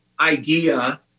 idea